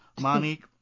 Monique